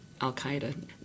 Al-Qaeda